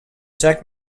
jack